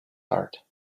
heart